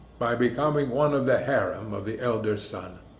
by becoming one of the harem of the elder's son.